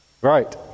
right